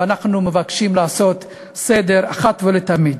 ואנחנו מבקשים לעשות סדר אחת ולתמיד.